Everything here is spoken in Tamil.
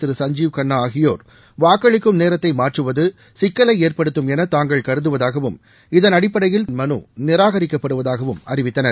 திரு சஞ்சீவ் கண்ணா ஆகியோர் வாக்களிக்கும் நேரத்தை மாற்றுவது சிக்கலை ஏற்படுத்தும் என தாங்கள் கருதுவதாகவும் இதன் அடிப்படையில் இந்த மனு நிராகரிக்கப்படுவதாகவும் அறிவித்தனர்